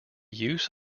use